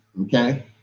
Okay